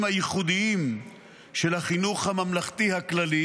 הייחודיים של החינוך הממלכתי הכללי